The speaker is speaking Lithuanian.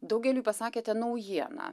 daugeliui pasakėte naujieną